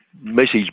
message